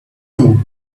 too